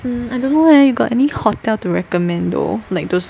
um I don't know leh you got any hotel to recommend though like those